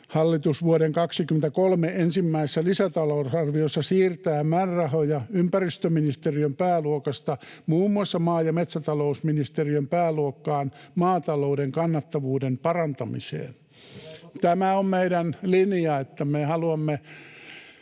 hallitus vuoden 23 ensimmäisessä lisätalousarviossa siirtää määrärahoja ympäristöministeriön pääluokasta muun muassa maa- ja metsätalousministeriön pääluokkaan maatalouden kannattavuuden parantamiseen. [Tuomas Kettunen: